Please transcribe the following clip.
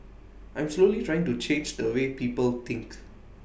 I'm slowly trying to change the way people think